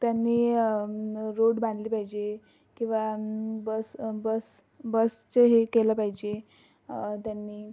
त्यांनी रोड बांधली पाहिजे किंवा बस बस बसचे हे केलं पाहिजे त्यांनी